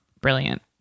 brilliant